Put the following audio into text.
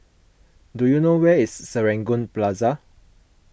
do you know where is Serangoon Plaza